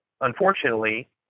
Unfortunately